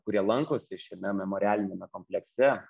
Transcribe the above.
kurie lankosi šiame memorialiniame komplekse